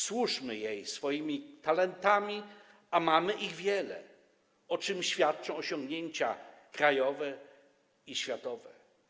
Służmy jej swoimi talentami, a mamy ich wiele, o czym świadczą osiągnięcia krajowe i światowe.